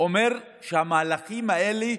אומר שהמהלכים האלה